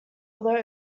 although